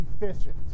efficient